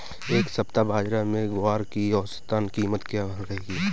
इस सप्ताह बाज़ार में ग्वार की औसतन कीमत क्या रहेगी?